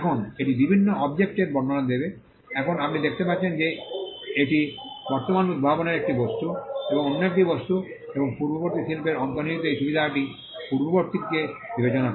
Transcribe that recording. এখন এটি বিভিন্ন অবজেক্টের বর্ণনা দেবে এখন আপনি দেখতে পাচ্ছেন যে এটি বর্তমান উদ্ভাবনের একটি বস্তু এবং অন্য একটি বস্তু এবং পূর্ববর্তী শিল্পের অন্তর্নিহিত এই সুবিধাটি পূর্ববর্তীকে বিবেচনা করে